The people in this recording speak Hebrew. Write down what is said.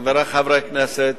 חברי חברי הכנסת,